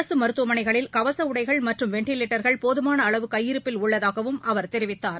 அரசுமருத்துவமனைகளில் கவசஉடைகள் மற்றும் வெண்டிலேட்டர்கள் போதுமானஅளவு கையிருப்பில் உள்ளதாகவும் அவர் தெரிவித்தார்